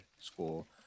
school